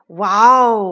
Wow